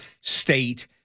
state